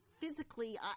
physically